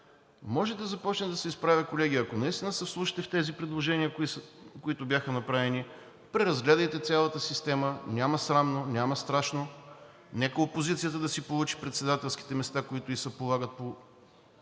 може да започне да се изправя, колеги, ако наистина се вслушате в тези предложения, които бяха направени. Преразгледайте цялата система, няма срамно, няма страшно. Нека опозицията да си получи председателските места, които ѝ се полагат